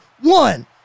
One